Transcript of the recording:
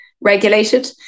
regulated